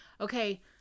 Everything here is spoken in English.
Okay